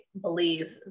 believe